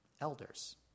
elders